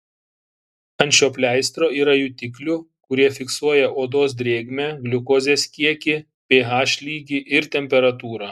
ant šio pleistro yra jutiklių kurie fiksuoja odos drėgmę gliukozės kiekį ph lygį ir temperatūrą